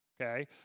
Okay